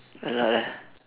a lot ah